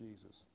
Jesus